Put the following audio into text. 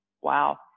wow